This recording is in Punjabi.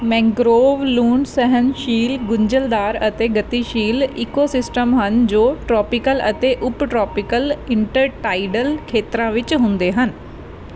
ਮੈਂਗ੍ਰੋਵ ਲੂਣ ਸਹਿਣਸ਼ੀਲ ਗੁੰਝਲਦਾਰ ਅਤੇ ਗਤੀਸ਼ੀਲ ਈਕੋ ਸਿਸਟਮ ਹਨ ਜੋ ਟ੍ਰੌਪੀਕਲ ਅਤੇ ਉਪ ਟ੍ਰੌਪੀਕਲ ਇੰਟਰਟਾਈਡਲ ਖੇਤਰਾਂ ਵਿੱਚ ਹੁੰਦੇ ਹਨ